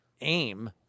aim